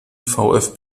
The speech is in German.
vfb